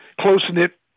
close-knit